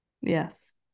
Yes